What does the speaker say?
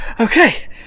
okay